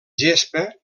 gespa